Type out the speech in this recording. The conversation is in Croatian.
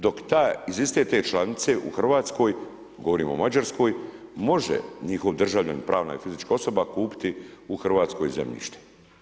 Dok iz iste te članice u Hrvatskoj govorim o Mađarskoj, može njihov državljanin pravna i fizička osoba kupiti u Hrvatskoj zemljište.